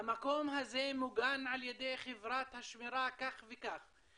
'המקום הזה מוגן על ידי חברת השמירה' כך וכך,